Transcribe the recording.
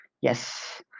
Yes